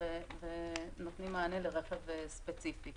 ונותנות מענה לרכב ספציפי.